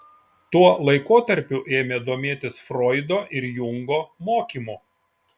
tuo laikotarpiu ėmė domėtis froido ir jungo mokymu